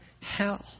hell